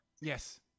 Yes